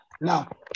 Now